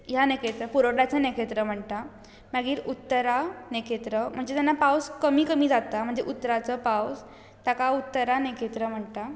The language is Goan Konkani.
ह्या नखेत्रा पुरोटाचो नखेत्र म्हणटात मागीर उत्तरा नखेत्र म्हणजे जेन्ना पावस कमी कमी जाता म्हणजे उतराचो पावस ताका उत्तरा नखेत्र म्हणटात